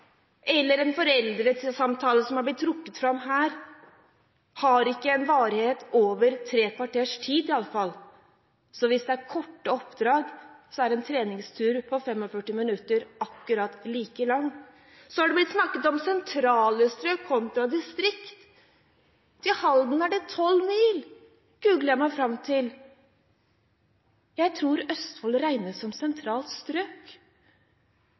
eller en foreldresamtale – som er blitt trukket fram her – har i hvert fall ikke en varighet på over tre kvarter. Så hvis det er korte oppdrag, er en treningstur på 45 minutter akkurat like lang. Det har vært snakket om sentrale strøk kontra distrikt. Til Halden er det 12 mil, googlet jeg meg fram til. Jeg tror Østfold regnes som sentralt strøk.